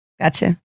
Gotcha